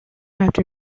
after